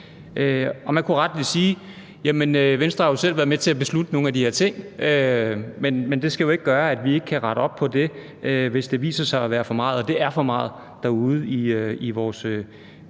Man kunne rettelig sige: Jamen Venstre har jo selv været med til at beslutte nogle af de her ting, men det skal jo ikke gøre, at vi ikke kan rette op på det, hvis det viser sig at være for meget, og det er for meget, derude i vores